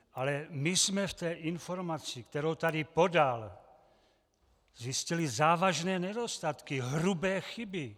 Ale my jsme v té informaci, kterou tady podal, zjistili závažné nedostatky, hrubé chyby.